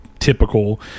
typical